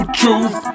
truth